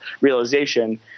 realization